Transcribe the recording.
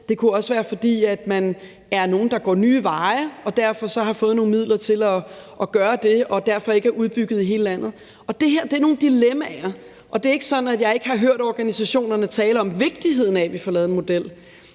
Det kunne også være, fordi man er nogle, der går nye veje og derfor har fået nogle midler til at gøre det og derfor ikke er udbygget i hele landet. Det her er nogle dilemmaer. Og det er ikke sådan, at jeg ikke har hørt organisationerne tale om vigtigheden af, at vi får lavet en model.